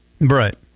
Right